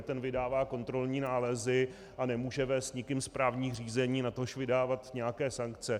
Ten vydává kontrolní nálezy a nemůže vést s nikým správní řízení, natož vydávat nějaké sankce.